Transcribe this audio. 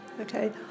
Okay